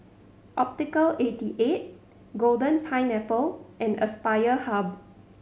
Optical eighty eight Golden Pineapple and Aspire Hub